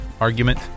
argument